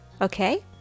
okay